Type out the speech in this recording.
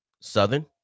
Southern